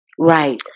Right